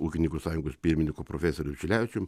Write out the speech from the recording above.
ūkininkų sąjungos pirmininku profesoriu šilevičium